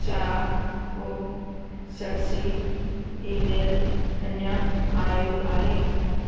छा को शख़्सी ईमेल अञा आयो आहे